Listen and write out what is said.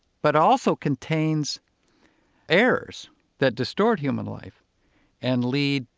but also contains errors that distort human life and lead,